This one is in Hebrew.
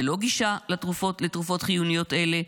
ללא גישה לתרופות חיוניות אלה,